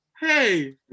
Hey